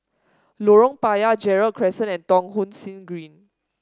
Lorong Payah Gerald Crescent and Thong Soon Green